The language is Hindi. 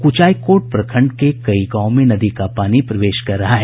कुचायकोट प्रखंड के कई गांवों में नदी का पानी प्रवेश कर रहा है